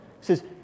says